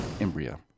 Embryo